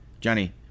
Johnny